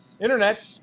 internet